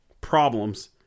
problems